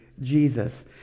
Jesus